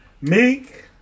Meek